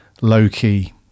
low-key